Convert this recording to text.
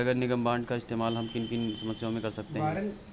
नगर निगम बॉन्ड का इस्तेमाल हम किन किन समस्याओं में कर सकते हैं?